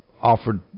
offered